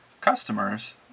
customers